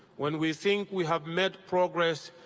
when we think we have met progress,